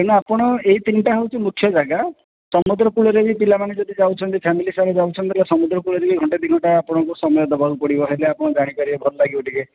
ହେଲେ ଆପଣ ଏଇ ତିନିଟା ହେଉଛି ମୁଖ୍ୟ ଜାଗା ସମୁଦ୍ର କୂଳରେ ବି ପିଲାମାନେ ଯଦି ଯାଉଛନ୍ତି ଫେମିଲି ସହିତ ଯାଉଛନ୍ତି ମାନେ ସମୁଦ୍ର କୂଳରେ ବି ଘଣ୍ଟେ ଦି ଘଣ୍ଟା ଆପଣଙ୍କୁ ସମୟ ଦେବାକୁ ପଡ଼ିବ ହେଲେ ଆପଣ ଜାଣି ପାରିବେ ଭଲ ଲାଗିବ ଟିକେ